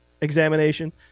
examination